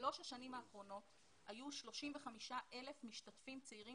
בשלוש השנים האחרונות היו 35,000 משתתפים צעירים